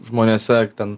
žmonėse ten